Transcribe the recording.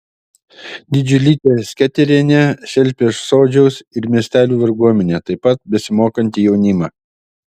didžiulytė sketerienė šelpė sodžiaus ir miestelių varguomenę taip pat besimokantį jaunimą